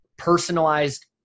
personalized